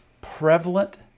prevalent